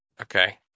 Okay